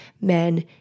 men